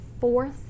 fourth